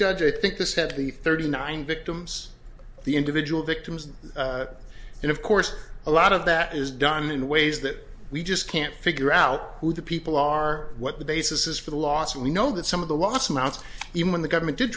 judge i think the said the thirty nine victims the individual victims and of course a lot of that is done in ways that we just can't figure out who the people are what the basis is for the laws we know that some of the last amounts even the government did